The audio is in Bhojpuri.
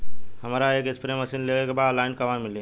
हमरा एक स्प्रे मशीन लेवे के बा ऑनलाइन कहवा मिली?